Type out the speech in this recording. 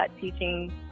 teaching